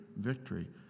victory